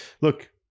Look